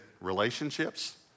relationships